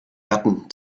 gatten